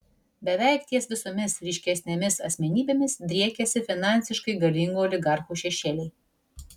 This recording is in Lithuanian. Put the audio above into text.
beveik ties visomis ryškesnėmis asmenybėmis driekiasi finansiškai galingų oligarchų šešėliai